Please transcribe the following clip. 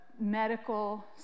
medical